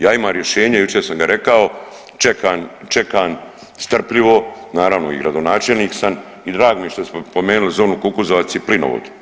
Ja imam rješenje jučer sam rekao, čekam strpljivo naravno i gradonačelnik sam i drago mi je da ste spomenuli zonu Kukuzovac i plinovod.